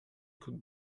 could